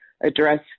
address